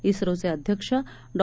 इस्रोचे अध्यक्ष डॉ